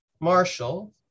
Marshall